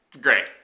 great